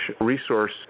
resource